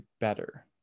better